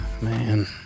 Man